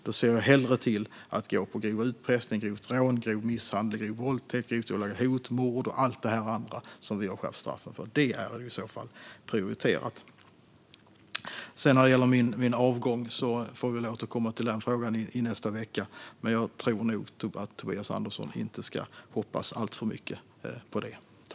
Jag ser hellre till att gå på grov utpressning, grovt rån, grov misshandel, grov våldtäkt, grovt olaga hot, mord och allt det andra som vi har skärpt straffen för. Det är i så fall prioriterat. När det gäller min avgång får vi återkomma till den frågan i nästa vecka. Men jag tror inte att Tobias Andersson ska hoppas alltför mycket på det.